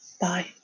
Bye